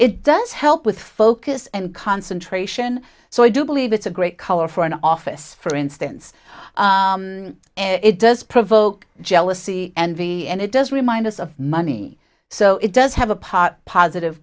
it does help with focus and concentration so i do believe it's a great color for an office for instance it does provoke jealousy envy and it does remind us of money so it does have a part positive